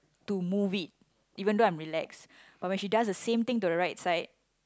to move it even though I'm relaxed but when she does the same thing to the right side